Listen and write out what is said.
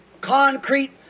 concrete